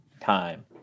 time